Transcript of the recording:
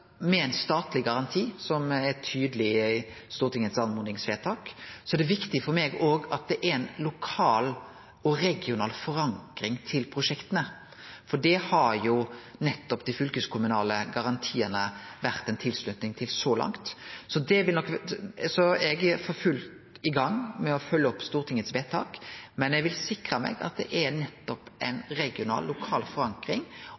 Med ein statleg garanti – som er tydeleg etterspurd i vedtaket – er det viktig for meg at det òg er ei lokal og regional forankring av prosjekta. Det har dei fylkeskommunale garantiane vore ei tilslutning til så langt. Så eg er for fullt i gang med å følgje opp stortingsvedtaket, men eg vil sikre meg at det er ei regional og lokal forankring